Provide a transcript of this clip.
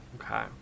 okay